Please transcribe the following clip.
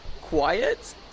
quiet